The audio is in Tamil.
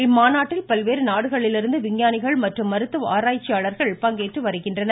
இம்மாநாட்டில் பல்வேறு நாடுகளிலிருந்து விஞ்ஞானிகள் மற்றும் மருத்துவ ஆராய்ச்சியாளர்கள் பங்கேற்று வருகின்றனர்